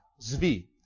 Zvi